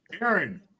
Aaron